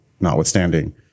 notwithstanding